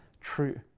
true